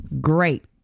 Great